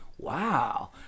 wow